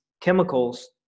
chemicals